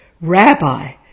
Rabbi